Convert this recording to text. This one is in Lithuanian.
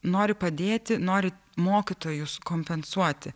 nori padėti nori mokytojus kompensuoti